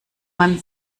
man